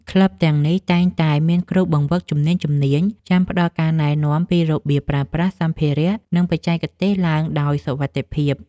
ក្លឹបទាំងនេះតែងតែមានគ្រូបង្វឹកជំនាញៗចាំផ្ដល់ការណែនាំពីរបៀបប្រើប្រាស់សម្ភារៈ និងបច្ចេកទេសឡើងដោយសុវត្ថិភាព។